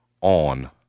on